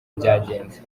byagenze